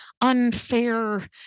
unfair